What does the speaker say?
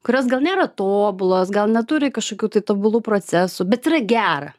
kurios gal nėra tobulos gal neturi kažkokių tai tobulų procesų bet yra gera